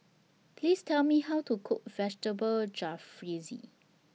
Please Tell Me How to Cook Vegetable Jalfrezi